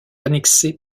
annexé